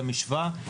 למשוואה,